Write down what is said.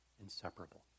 inseparable